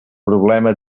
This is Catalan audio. problema